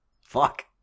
Fuck